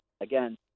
again